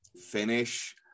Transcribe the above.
finish